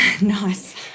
Nice